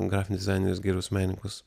grafinius dizainerius gerus menininkus